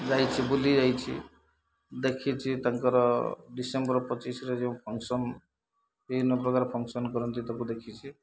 ଯାଇଛି ବୁଲି ଯାଇଛି ଦେଖିଛି ତାଙ୍କର ଡିସେମ୍ବର ପଚିଶରେ ଯେଉଁ ଫଙ୍କସନ୍ ବିଭିନ୍ନ ପ୍ରକାର ଫଙ୍କସନ୍ କରନ୍ତି ତାକୁ ଦେଖିଛି